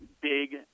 big